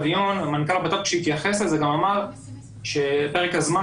בדיון מנכ"ל הבט"פ שהתייחס לזה גם אמר שפרק הזמן